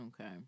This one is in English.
Okay